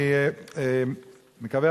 אני מקווה,